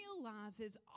realizes